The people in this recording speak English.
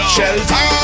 Shelter